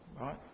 right